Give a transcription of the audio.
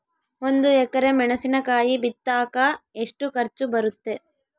ಒಂದು ಎಕರೆ ಮೆಣಸಿನಕಾಯಿ ಬಿತ್ತಾಕ ಎಷ್ಟು ಖರ್ಚು ಬರುತ್ತೆ?